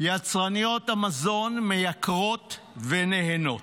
יצרניות המזון מייקרות ונהנות.